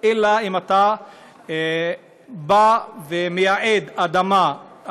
אלא אם כן אתה מייעד אדמה,